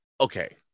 okay